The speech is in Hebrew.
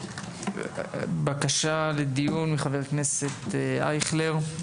בקשה לדיון מחבר הכנסת ישראל אייכלר,